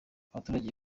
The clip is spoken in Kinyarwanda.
abaturage